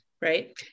Right